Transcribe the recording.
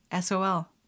sol